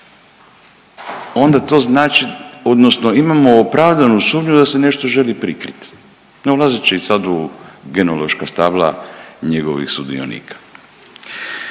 onda to znači odnosno imamo opravdanu sumnju da se nešto želi prikrit, ne ulazeći sad u genološka stabla njegovih sudionika.